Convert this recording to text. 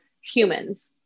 humans